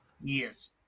Yes